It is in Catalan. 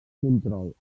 control